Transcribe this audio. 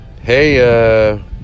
Hey